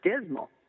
dismal